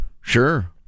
Sure